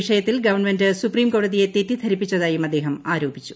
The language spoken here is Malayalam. വിഷയത്തിൽ ഗവൺമെന്റ് സുപ്രീംകോടതിയെ തെറ്റിദ്ധൂരിപ്പിച്ചതായും അദ്ദേഹം ആരോപിച്ചു